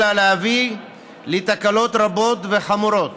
אלא להביא לתקלות רבות וחמורות